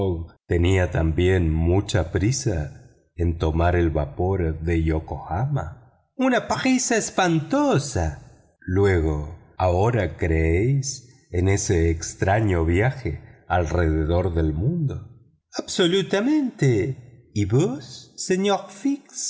tenga también mucha prisa en tomar el vapor de yokohama una prisa espantosa luego ahora creéis en ese extraño viaje alrededor del mundo absolutamete y vos señor fix